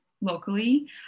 locally